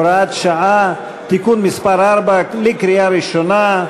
(הוראת שעה) (תיקון מס' 4), לקריאה ראשונה.